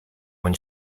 when